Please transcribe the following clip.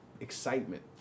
excitement